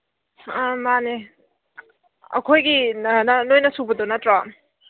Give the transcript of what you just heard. ꯑ ꯃꯥꯟꯅꯦ ꯑꯩꯈꯣꯏꯒꯤ ꯅꯈꯣꯏꯅ ꯁꯨꯕꯗꯣ ꯅꯠꯇ꯭ꯔꯣ